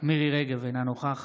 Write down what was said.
מירי מרים רגב, אינה נוכחת